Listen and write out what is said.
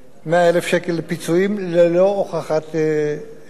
100,000 שקל פיצויים ללא הוכחת נזק.